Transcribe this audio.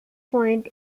point